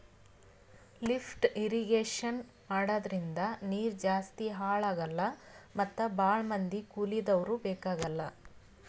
lift irrigation ಮಾಡದ್ರಿಂದ ನೀರ್ ಜಾಸ್ತಿ ಹಾಳ್ ಆಗಲ್ಲಾ ಮತ್ ಭಾಳ್ ಮಂದಿ ಕೂಲಿದವ್ರು ಬೇಕಾಗಲ್